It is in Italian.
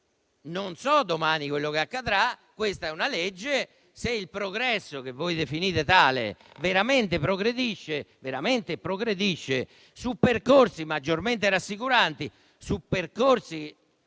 Non so domani quello che accadrà. Questa è una legge: se il progresso - che voi definite tale - veramente progredisce su percorsi maggiormente rassicuranti, che